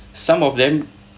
some of them